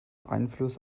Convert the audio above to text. einfluss